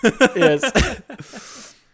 Yes